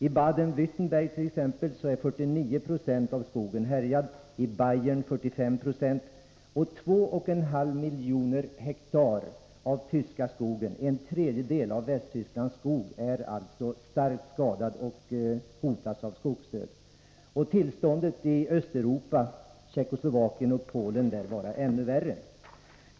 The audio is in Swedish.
I Baden-Wärttemberg t.ex. är 49 90 av skogen härjad, i Bayern 45 90. 2,5 miljoner hektar tysk skog, en tredjedel av Västtysklands skog, är starkt skadad och hotas av skogsdöd. Tillståndet i Östeuropa, främst Tjeckoslovakien och Polen, lär vara ännu värre.